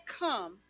come